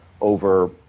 over